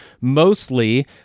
mostly